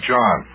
John